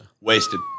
Wasted